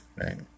right